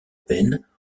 peine